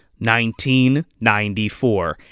1994